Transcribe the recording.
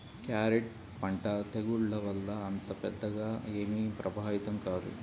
carrot పంట తెగుళ్ల వల్ల అంత పెద్దగా ఏమీ ప్రభావితం కాదు